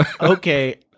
Okay